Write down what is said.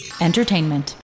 Entertainment